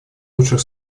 лучших